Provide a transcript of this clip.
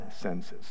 senses